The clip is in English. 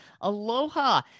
aloha